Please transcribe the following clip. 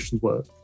work